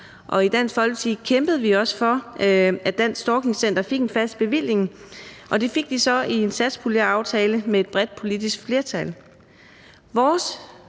og i Dansk Folkeparti kæmpede vi også for, at Dansk Stalking Center fik en fast bevilling, og det fik de så i en satspuljeaftale med et bredt politisk flertal.